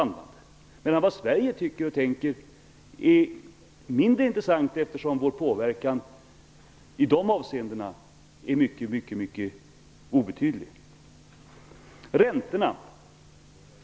Vad Sverige tycker och tänker är mindre intressant, eftersom vår påverkan i dessa avseenden är mycket obetydlig. Sedan till frågan om räntorna.